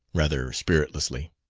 rather spiritlessly.